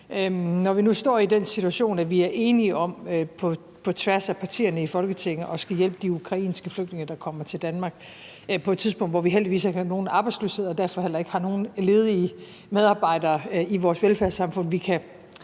Når vi nu står i den situation, at vi på tværs af partierne i Folketinget er enige om at hjælpe de ukrainske flygtninge, der kommer til Danmark – på et tidspunkt, hvor vi heldigvis ikke har nogen arbejdsløshed, og derfor heller ikke har nogen ledige medarbejdere i vores velfærdssamfund,